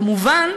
כמובן,